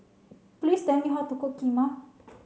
please tell me how to cook Kheema